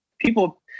People